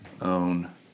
own